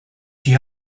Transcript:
she